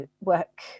work